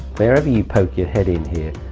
wherever you poke your head in here,